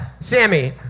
Sammy